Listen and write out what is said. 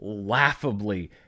laughably